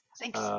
Thanks